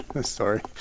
Sorry